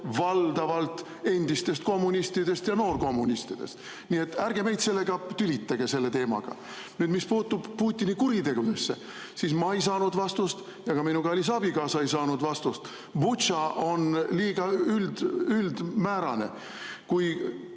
valdavalt endistest kommunistidest ja noorkommunistidest. Nii et ärge meid selle teemaga tülitage. Nüüd, mis puutub Putini kuritegudesse, siis ma ei saanud vastust ja ka minu kallis abikaasa ei saanud vastust. Butša on liiga üldine ja